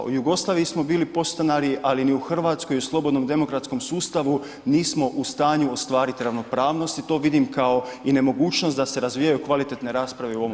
U Jugoslaviji smo bili podstanari, ali ni u Hrvatskoj u slobodnom demokratskom sustavu nismo u stanju ostvariti ravnopravnost i to vidim i kao nemogućnost da se razvijaju kvalitetne rasprave u ovom Saboru.